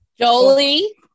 Jolie